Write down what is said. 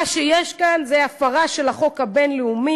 מה שיש כאן זו הפרה של החוק הבין-לאומי.